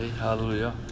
Hallelujah